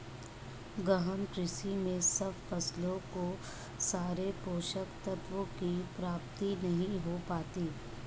गहन कृषि में सब फसलों को सारे पोषक तत्वों की प्राप्ति नहीं हो पाती